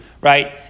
right